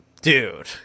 dude